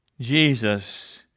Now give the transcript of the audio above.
Jesus